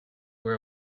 were